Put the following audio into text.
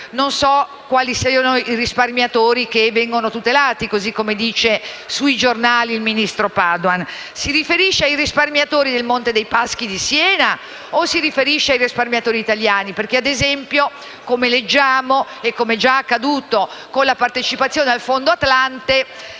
non so quali saranno i risparmiatori che verranno tutelati così come dice sui giornali il ministro Padoan. Il Ministro si riferisce ai risparmiatori del Monte dei Paschi di Siena o si riferisce ai risparmiatori italiani? Perché, ad esempio, come leggiamo e come già accaduto con la partecipazione al fondo Atlante,